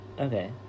Okay